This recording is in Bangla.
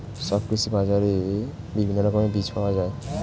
সব কৃষি বাজারে বিভিন্ন রকমের বীজ পাওয়া যায়